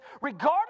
regardless